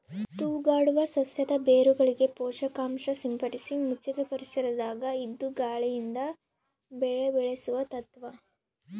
ತೂಗಾಡುವ ಸಸ್ಯದ ಬೇರುಗಳಿಗೆ ಪೋಷಕಾಂಶ ಸಿಂಪಡಿಸಿ ಮುಚ್ಚಿದ ಪರಿಸರದಾಗ ಇದ್ದು ಗಾಳಿಯಿಂದ ಬೆಳೆ ಬೆಳೆಸುವ ತತ್ವ